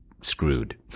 screwed